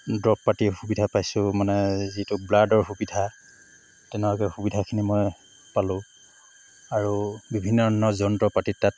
দৰৱপাতিৰ সুবিধা পাইছোঁ মানে যিটো ব্লাডৰ সুবিধা তেনেকুৱাকৈ সুবিধাখিনি মই পালো আৰু বিভিন্ন ধৰণৰ যন্ত্ৰপাতি তাত